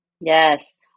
Yes